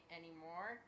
anymore